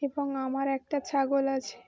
এবং আমার একটা ছাগল আছে